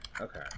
okay